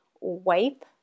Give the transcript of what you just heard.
wipe